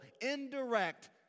indirect